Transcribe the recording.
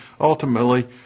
ultimately